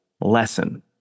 lesson